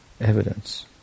evidence